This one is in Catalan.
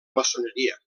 maçoneria